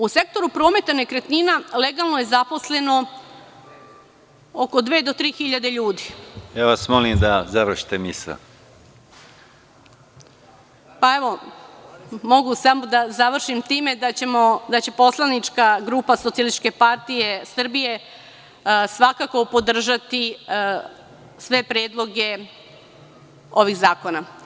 U sektoru prometa nekretnina legalno je zaposleno oko dve do tri hiljade ljudi… (Predsedavajući: Molim vas da završite misao.) Mogu da završim time da će poslanička grupa Socijalističke partije Srbije svakako podržati sve predloge ovih zakona.